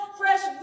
fresh